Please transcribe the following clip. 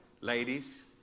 ladies